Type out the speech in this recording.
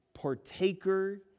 partaker